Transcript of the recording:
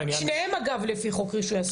שניהם, אגב, לפי חוק רישוי עסקים.